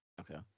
Okay